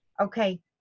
okay